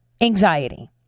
anxiety